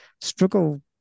struggle